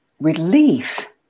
relief